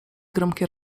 gromkie